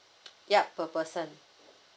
yup per person